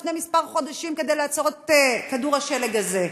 לפני כמה חודשים כדי לעצור את כדור השלג הזה.